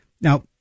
now